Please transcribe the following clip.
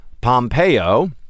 Pompeo